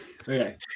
Okay